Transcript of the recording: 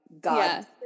god